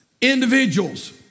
individuals